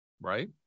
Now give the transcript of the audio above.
right